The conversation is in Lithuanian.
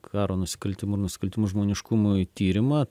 karo nusikaltimų nusikaltimų žmoniškumui tyrimą